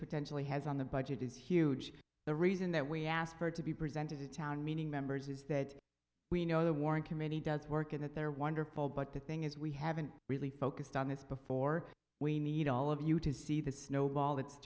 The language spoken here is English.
potentially has on the budget is huge the reason that we asked her to be presented to town meaning members is that we know the war in committee does work and that they're wonderful but the thing is we haven't really focused on this before we need all of you to see the snowball